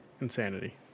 Insanity